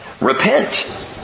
Repent